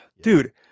Dude